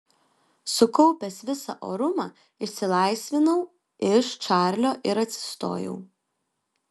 sukaupęs visą orumą išsilaisvinau iš čarlio ir atsistojau